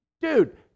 dude